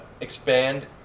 expand